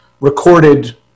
recorded